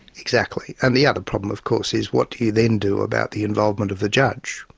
exactly. and the other problem of course is what do you then do about the involvement of the judge?